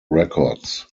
records